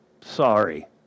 sorry